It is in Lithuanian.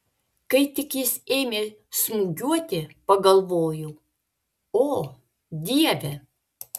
kai tik jis ėmė smūgiuoti pagalvojau o dieve